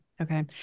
Okay